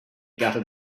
gutted